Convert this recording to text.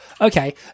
Okay